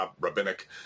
rabbinic